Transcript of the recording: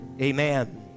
Amen